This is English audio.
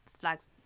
flags